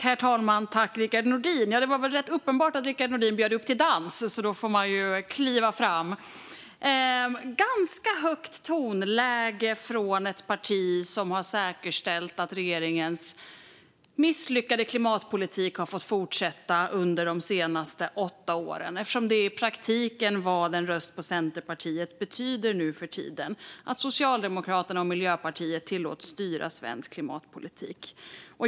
Herr talman! Det var rätt uppenbart att Rickard Nordin bjöd upp till dans. Då får man ju begära replik och kliva fram. Det är ett ganska högt tonläge från ett parti som har säkerställt att regeringens misslyckade klimatpolitik fått fortsätta under de senaste åtta åren. Det som en röst på Centerpartiet i praktiken betyder nu för tiden är att Socialdemokraterna och Miljöpartiet tillåts styra svensk klimatpolitik.